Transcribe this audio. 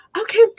Okay